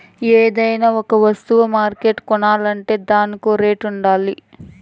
ఏదైనా ఒక వస్తువ మార్కెట్ల కొనాలంటే దానికో రేటుండాలిగా